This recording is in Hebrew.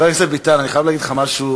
חבר הכנסת ביטן, אני חייב להגיד לך משהו.